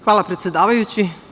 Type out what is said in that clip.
Hvala predsedavajući.